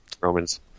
Romans